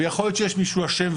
ויכול להיות שיש מישהו אשם,